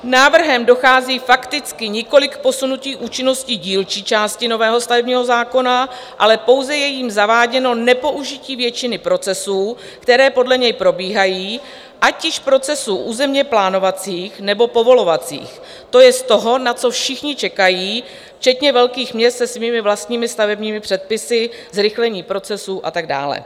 Návrhem dochází fakticky nikoli k posunutí účinnosti dílčí části nového stavebního zákona, ale pouze je jím zaváděno nepoužití většiny procesů, které podle něj probíhají, ať již procesů územně plánovacích, nebo povolovacích, to jest toho, na co všichni čekají, včetně velkých měst se svými stavebními předpisy, zrychlení procesů a tak dále.